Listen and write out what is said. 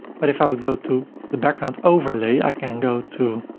but if i would go to the background overlay, i can go to,